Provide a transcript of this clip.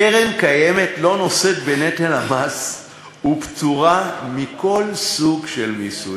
הקרן הקיימת לא נושאת בנטל המס ופטורה מכל סוג של מיסוי.